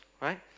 right